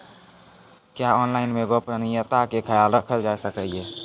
क्या ऑनलाइन मे गोपनियता के खयाल राखल जाय सकै ये?